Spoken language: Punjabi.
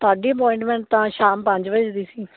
ਤੁਹਾਡੀ ਅਪੁਆਇੰਟਮੈਂਟ ਤਾਂ ਸ਼ਾਮ ਪੰਜ ਵਜੇ ਦੀ ਸੀ